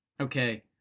Okay